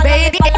Baby